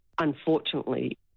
unfortunately